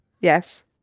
yes